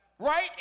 Right